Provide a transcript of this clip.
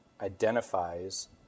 identifies